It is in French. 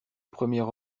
premier